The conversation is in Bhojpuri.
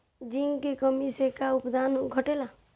जिंक की कमी से का उत्पादन घटेला?